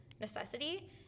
necessity